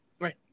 right